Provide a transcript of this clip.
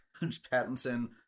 Pattinson